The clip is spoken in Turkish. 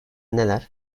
neler